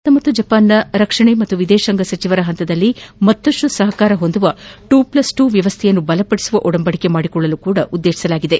ಭಾರತ ಮತ್ತು ಜಪಾನ್ನ ರಕ್ಷಣೆ ಮತ್ತು ವಿದೇಶಾಂಗ ಸಚವರ ಪಂತದಲ್ಲಿ ಮತ್ತಷ್ಟು ಸಪಕಾರ ಹೊಂದುವ ಟು ಫ಼ಸ್ ಟು ವ್ಯವಸ್ಥೆಯನ್ನು ಬಲಪಡಿಸುವ ಒಡಂಬಡಿಕೆ ಮಾಡಿಕೊಳ್ಳಲು ಸಹ ಉದ್ದೇತಿಸಲಾಗಿದೆ